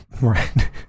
Right